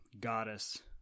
goddess